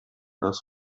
das